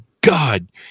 God